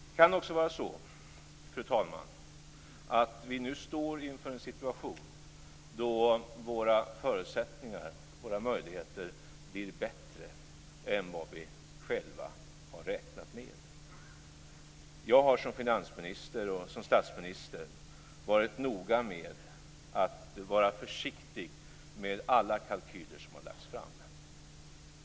Det kan också vara så, fru talman, att vi nu står inför en situation då våra förutsättningar blir bättre än vad vi själva har räknat med. Jag har som finansminister och som statsminister varit noga med att vara försiktig med alla kalkyler som har lagts fram.